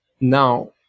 now